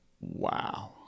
wow